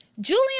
Julian